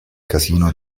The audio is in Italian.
casino